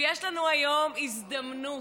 ויש לנו היום הזדמנות,